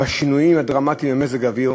השינויים הדרמטיים במזג האוויר,